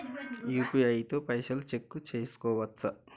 UPI తో పైసల్ check చేసుకోవచ్చా?